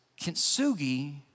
kintsugi